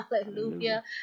hallelujah